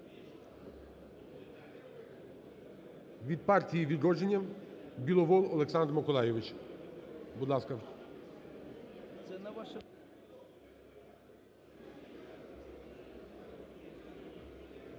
Від "Партії "Відродження" Біловол Олександр Миколайович, будь ласка.